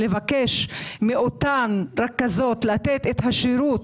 ולבקש מאותן רכזות לתת שירות.